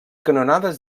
canonades